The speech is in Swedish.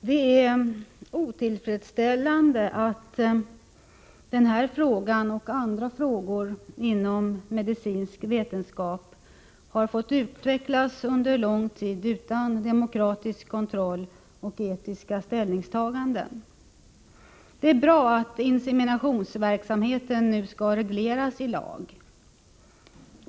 Herr talman! Det är otillfredsställande att den här frågan och även andra frågor inom den medicinska vetenskapen fått utvecklas under lång tid utan demokratisk kontroll och etiska ställningstaganden. Det är bra att inseminationsverksamheten nu skall regleras i lag.